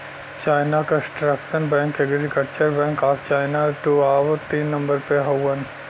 China construction bank, agriculture bank of China दू आउर तीन नम्बर पे हउवन